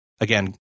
Again